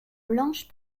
blanche